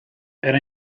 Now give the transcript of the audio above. era